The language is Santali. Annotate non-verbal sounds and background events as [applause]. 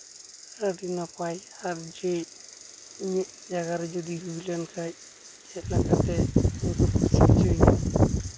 ᱟᱹᱰᱤ ᱱᱟᱯᱟᱭ ᱟᱨ ᱡᱮ ᱢᱤᱫ ᱡᱟᱭᱜᱟᱨᱮ ᱡᱩᱫᱤᱢ ᱧᱩᱨ ᱞᱮᱱᱠᱷᱟᱡ ᱪᱮᱫ ᱞᱮᱠᱟᱛᱮ [unintelligible]